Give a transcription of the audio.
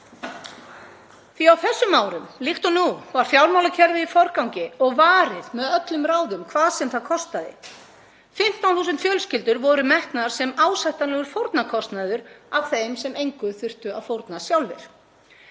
Á þessum árum, líkt og nú, var fjármálakerfið í forgangi og varið með öllum ráðum, hvað sem það kostaði. 15.000 fjölskyldur voru metnar sem ásættanlegur fórnarkostnaður af þeim sem engu þurftu að fórna sjálfir.